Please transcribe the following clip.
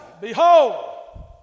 Behold